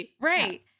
right